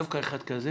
דווקא אחד כזה